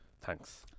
thanks